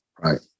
Right